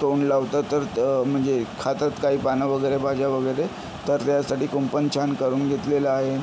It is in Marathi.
तोंड लावतात तर म्हणजे खातात काही पानं वगैरे भाज्या वगैरे तर त्यासाटी कुंपण छान करून घेतलेलं आहे